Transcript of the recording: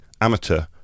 Amateur